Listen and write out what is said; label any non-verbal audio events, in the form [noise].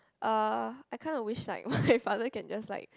uh I kind of wish like [laughs] my father can just like